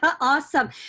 Awesome